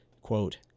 Quote